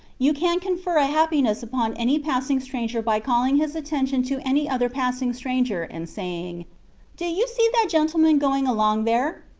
you can confer a happiness upon any passing stranger by calling his attention to any other passing stranger and saying do you see that gentleman going along there?